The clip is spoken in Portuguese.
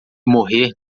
morrer